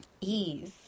ease